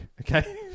okay